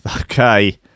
Okay